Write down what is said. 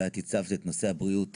ואת הצבת את נושא הבריאות